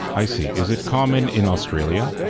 i see. is it common in australia?